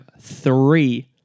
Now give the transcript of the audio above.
three